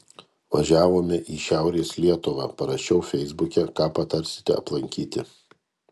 važiavome į šiaurės lietuvą parašiau feisbuke ką patarsite aplankyti